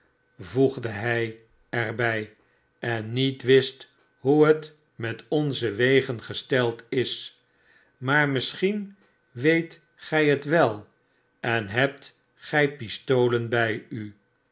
voegde hij er bij en niet wist hoe het met onze wegen gesteld is maar misschien weet gij het wel en hebt gij pistolen bij u